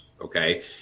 Okay